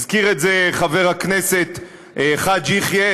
הזכיר את זה חבר הכנסת חאג' יחיא,